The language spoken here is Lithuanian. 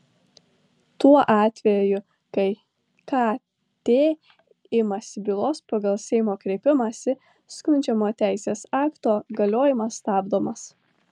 tuo atveju kai kt imasi bylos pagal seimo kreipimąsi skundžiamo teisės akto galiojimas stabdomas